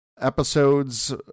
episodes